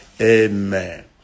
Amen